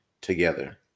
Together